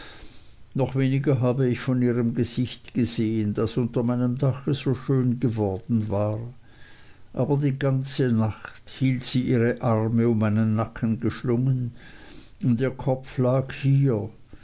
noch weniger habe ich von ihrem lieben gesicht gesehen das unter meinem dache so schön geworden war aber die ganze nacht lang hielt sie ihre arme um meinen nacken geschlungen und ihr kopf lag hier